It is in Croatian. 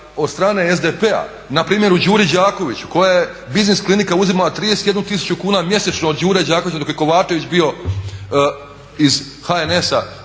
od strane SDP-a, npr. u Đuri Đakoviću koja je Biznis klinika uzimala 31 tisuća kuna od Đure Đakovića dok je Kovačević bio iz HNS-a